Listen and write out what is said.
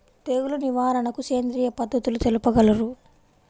తెగులు నివారణకు సేంద్రియ పద్ధతులు తెలుపగలరు?